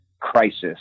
crisis